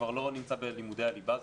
כבר לא נמצא בלימודי הליבה.